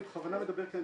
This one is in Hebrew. אני בכוונה מדבר כאן,